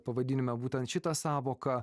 pavadinime būtent šitą sąvoką